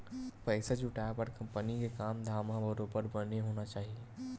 पइसा जुटाय बर कंपनी के काम धाम ह बरोबर बने होना चाही